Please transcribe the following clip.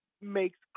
makes